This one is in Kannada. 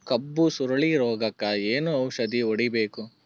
ಕಬ್ಬು ಸುರಳೀರೋಗಕ ಏನು ಔಷಧಿ ಹೋಡಿಬೇಕು?